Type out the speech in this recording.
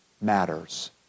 matters